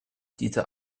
dieser